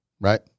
Right